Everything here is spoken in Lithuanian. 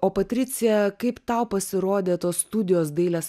o patricija kaip tau pasirodė tos studijos dailės